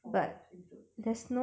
for swimsuits